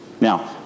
Now